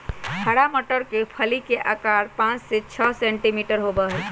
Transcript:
हरा मटर के फली के आकार पाँच से छे सेंटीमीटर होबा हई